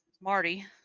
Marty